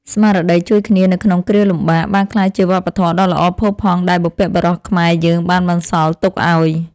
ស្មារតីជួយគ្នានៅក្នុងគ្រាលំបាក បានក្លាយជាវប្បធម៌ដ៏ល្អផូរផង់ដែលបុព្វបុរសខ្មែរយើងបានបន្សល់ទុកឱ្យ។